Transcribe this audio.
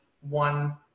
one